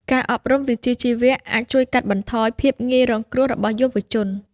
ការអប់រំវិជ្ជាជីវៈអាចជួយកាត់បន្ថយភាពងាយរងគ្រោះរបស់យុវជន។